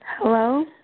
Hello